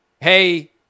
hey